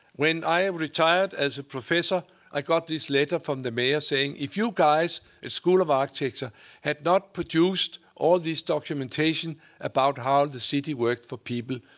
when i retired as a professor i got this letter from the mayor saying, if you guys at school of architecture had not produced all this documentation about how the city worked for people,